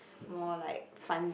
more like fund